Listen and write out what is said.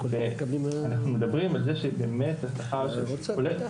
ואנחנו מדברים על זה שבאמת השכר שעולה,